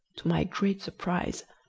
to my great surprise,